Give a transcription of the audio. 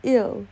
Ill